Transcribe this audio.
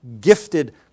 gifted